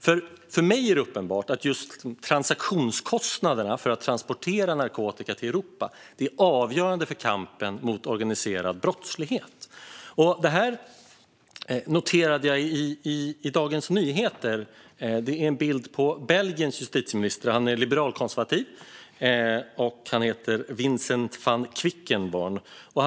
För mig är det nämligen uppenbart att transaktionskostnaderna för att transportera narkotika till Europa är avgörande för kampen mot organiserad brottslighet. Jag noterade i Dagens Nyheter en intervju med Belgiens justitieminister, som heter Vincent Van Quickenborne och är liberalkonservativ.